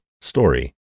story